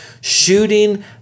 shooting